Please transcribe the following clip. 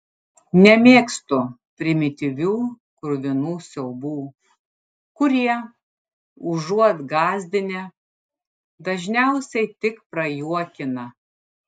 nemėgstu primityvių kruvinų siaubų kurie užuot gąsdinę dažniausiai tik prajuokina